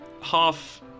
half